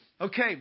Okay